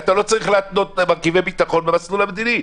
אתה לא צריך להתנות מרכיבי ביטחון במסלול המדיני,